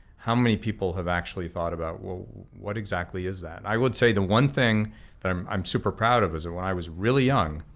how many people have actually thought about, well what exactly is that? i would say the one thing that i'm i'm super proud of, is that when i was really young,